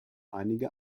einige